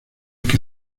que